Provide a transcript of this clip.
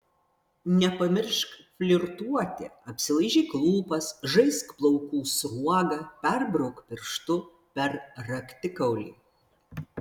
nepamiršk flirtuoti apsilaižyk lūpas žaisk plaukų sruoga perbrauk pirštu per raktikaulį